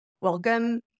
welcome